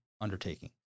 undertaking